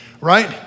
right